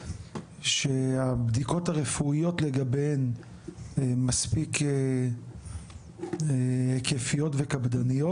שהבדיקות הרפואיות לגביהם מספיק היקפיות וקפדניות,